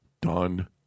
done